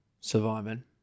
surviving